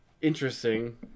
interesting